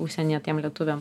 užsienyje tiem lietuviam